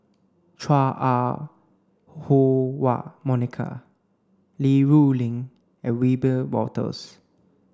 Chua Ah Huwa Monica Li Rulin and Wiebe Wolters